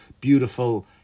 beautiful